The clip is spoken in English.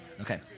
Okay